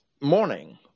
morning